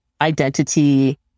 identity